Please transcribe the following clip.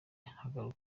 haruguru